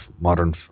modern